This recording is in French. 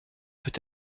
peut